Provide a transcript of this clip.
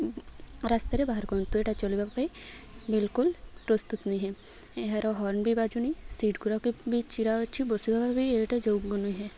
ରାସ୍ତାରେ ବାହାର କର ତୁ ଏଇଟା ଚାଲିବା ପାଇଁ ବିଲକୁଲ ପ୍ରସ୍ତୁତ ନୁହେଁ ଏହାର ହର୍ଣ୍ଣ ବି ବାଜୁନି ସିଟ୍ ଗୁଡ଼ାକ ବି ଚିରା ଅଛି ବସି ଭାବେ ବି ଏଇଟା ଯୋଗ ନୁହେଁ